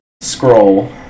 scroll